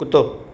कुतो